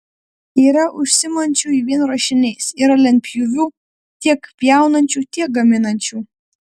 yra užsiimančiųjų vien ruošiniais yra lentpjūvių tiek pjaunančių tiek gaminančių